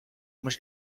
mhux